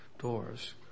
doors